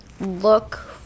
look